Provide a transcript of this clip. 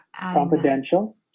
confidential